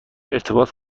ارتباط